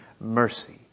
mercy